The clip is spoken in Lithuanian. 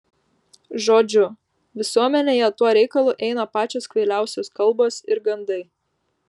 žodžiu visuomenėje tuo reikalu eina pačios kvailiausios kalbos ir gandai